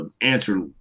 answer